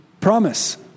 promise